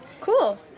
Cool